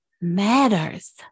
matters